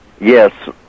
Yes